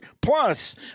Plus